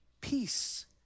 peace